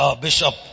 Bishop